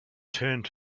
turned